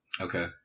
Okay